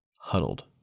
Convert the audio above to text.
huddled